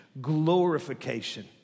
glorification